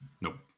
Nope